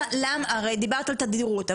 הרי דיברת על תדירות.